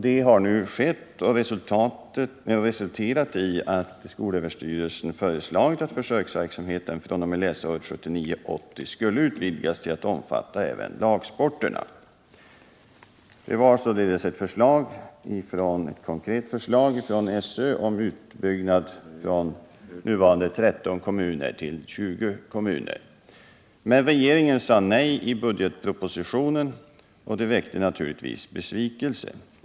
Så har nu skett, och det har resulterat i att skolöverstyrelsen föreslagit att försöksverksamheten fr.o.m. läsåret 1979/80 skall utvidgas till att omfatta även lagsporterna. SÖ kom alltså med ett konkret förslag om utbyggnad från nuvarande 13 kommuner till 20 kommuner. Men regeringen sade nej i budgetpropositionen, och det väckte naturligtvis besvikelse.